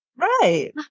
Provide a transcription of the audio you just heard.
Right